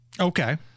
okay